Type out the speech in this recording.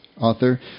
author